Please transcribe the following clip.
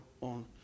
on